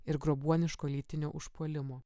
ir grobuoniško lytinio užpuolimo